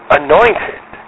anointed